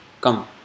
come